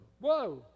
Whoa